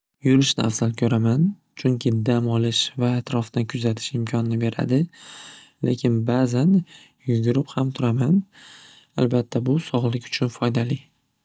Yurishni afzal ko'raman chunki dam olish va atrofni kuzatish imkonini beradi lekin ba'zan yugurib ham turaman albatta bu sog'lik uchun foydali.